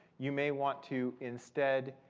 you may want to, instead,